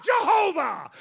Jehovah